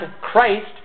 Christ